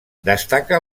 destaca